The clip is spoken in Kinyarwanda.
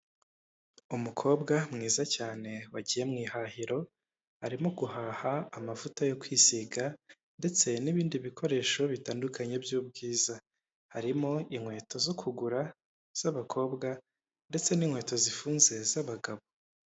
Umukobwa mwiza cyane wagiye mu ihahiro, arimo guhaha amavuta yo kwisiga ndetse n'ibindi bikoresho bitandukanye by'ubwiza, harimo inkweto zo kugura z'abakobwa ndetse n'inkweto zifunze z'abagabo.